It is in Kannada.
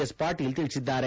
ಎಸ್ ಪಾಟೀಲ್ ತಿಳಿಸಿದ್ದಾರೆ